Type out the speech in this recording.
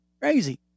crazy